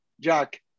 Jack